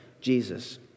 Jesus